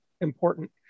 important